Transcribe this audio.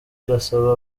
irasaba